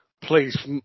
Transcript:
please